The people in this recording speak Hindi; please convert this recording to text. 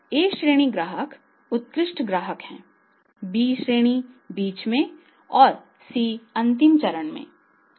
A श्रेणी ग्राहक उत्कृष्ट ग्राहक हैं B बीच में हैं और C अंतिम चरण में हैं